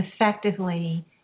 effectively